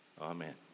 Amen